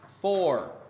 four